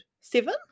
seven